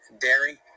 dairy